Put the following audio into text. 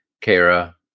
kara